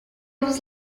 was